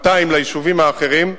200 ליישובים האחרים,